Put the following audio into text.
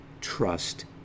trust